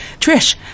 Trish